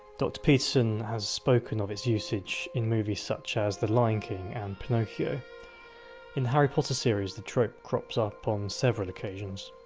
dr peterson has spoken of its usage in movies such as the lion king and pinocchio in the harry potter series, the trope crops up on several occasions.